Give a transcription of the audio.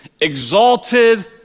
exalted